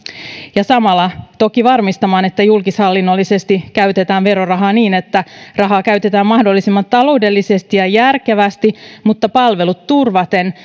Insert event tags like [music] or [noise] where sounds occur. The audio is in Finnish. ja samalla toki varmistamaan että julkishallinnollisesti käytetään verorahaa niin että rahaa käytetään mahdollisimman taloudellisesti ja järkevästi mutta palvelut turvaten [unintelligible]